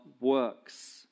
works